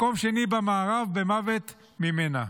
מקום שני במערב במוות ממנה.